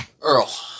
Earl